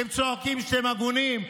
אתם צועקים שאתם הגונים,